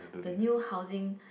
the new housing